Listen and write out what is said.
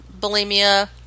bulimia